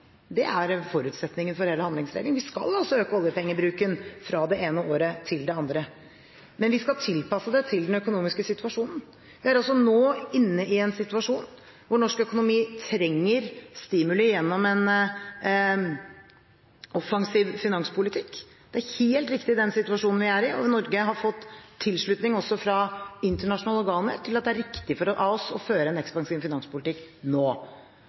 det er en forutsetning for hele handlingsregelen: Vi skal øke oljepengebruken fra det ene året til det andre, men vi skal tilpasse det til den økonomiske situasjonen. Vi er nå i en situasjon der norsk økonomi trenger stimuli gjennom en ekspansiv finanspolitikk. Det er helt riktig i den situasjonen vi er i, og Norge har også fått tilslutning fra internasjonale organer til at det er riktig av oss å føre en offensiv finanspolitikk nå.